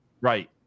right